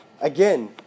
Again